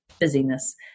busyness